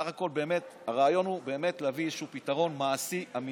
הרעיון הוא להביא פתרון מעשי, אמיתי,